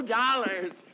dollars